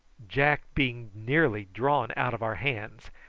jack being nearly drawn out of our hands,